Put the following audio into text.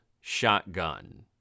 Shotgun